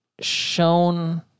shown